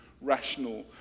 rational